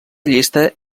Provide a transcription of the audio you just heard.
llista